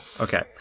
Okay